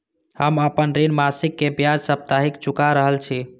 हम आपन ऋण मासिक के ब्याज साप्ताहिक चुका रहल छी